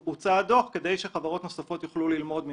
כדי שחברות נוספות יוכלו ללמוד ממנו.